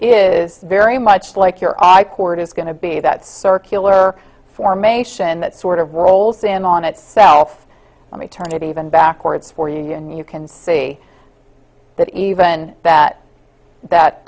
is very much like your i chord is going to be that circular formation that sort of rolls in on itself let me turn to even backwards for you and you can see that even that that